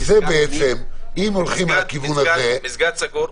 ומסגד סגור?